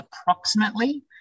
approximately